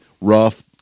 rough